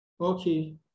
Okay